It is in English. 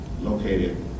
located